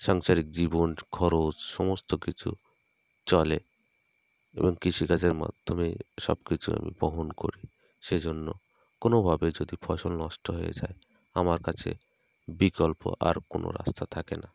সাংসারিক জীবন খরচ সমস্ত কিছু চলে এবং কৃষিকাজের মাধ্যমে সব কিছু আমি বহন করি সেজন্য কোনোভাবে যদি ফসল নষ্ট হয়ে যায় আমার কাছে বিকল্প আর কোনো রাস্তা থাকে না